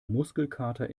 muskelkater